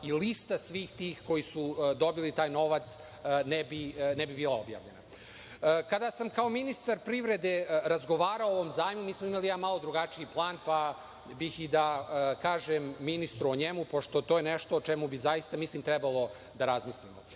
i lista svih tih koji su dobili taj novac ne bi bila objavljena. Kada sam kao ministar privrede razgovarao o ovom zajmu, mi smo imali jedan malo drugačiji plan, pa bih i da kažem ministru o njemu, pošto je to nešto o čemu bi zaista trebalo da razmislimo.